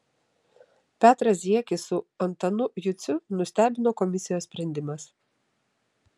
petrą ziekį su antanu juciu nustebino komisijos sprendimas